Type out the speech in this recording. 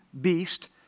beast